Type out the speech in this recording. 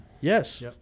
Yes